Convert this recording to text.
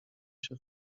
się